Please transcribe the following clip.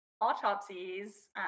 autopsies